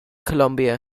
columbia